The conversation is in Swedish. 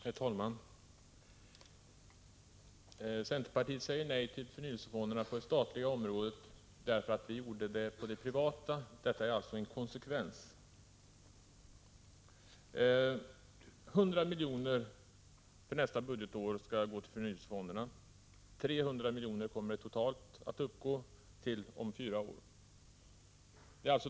Herr talman! Vi i centerpartiet säger nej till förnyelsefonder på det statliga området därför att vi gjorde det när det gällde det privata området. Detta är alltså en konsekvens av vårt tidigare ställningstagande. 100 milj.kr. föreslås gå till förnyelsefonderna för nästa budgetår. Totalt 300 milj.kr. kommer bidraget att uppgå till om fyra år.